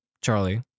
Charlie